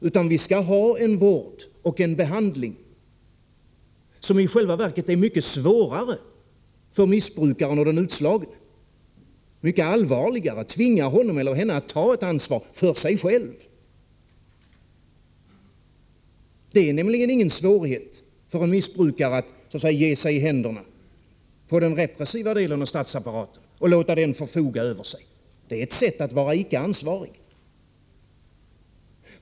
Vi skall i stället ha en vård och en behandling, något som i själva verket är mycket svårare för missbrukaren och den utslagne, mycket allvarligare — något som tvingar honom eller henne att ta ett ansvar för sig själv. Det är nämligen ingen svårighet för en missbrukare att så att säga ge sig i händerna på den repressiva delen av statsapparaten och låta den förfoga över sig. Det är ett sätt att vara icke ansvarig.